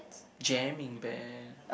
jamming band